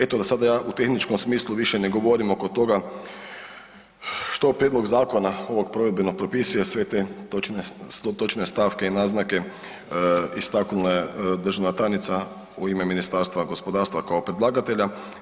Eto, da sada ja u tehničkom smislu više ne govorim oko toga što prijedlog zakona ovog provedbenog propisuje, sve te točne stavke i naznake istaknula je državna tajnica u ime Ministarstva gospodarstva kao predlagatelja.